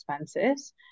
expenses